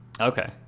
Okay